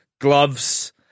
Gloves